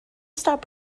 stop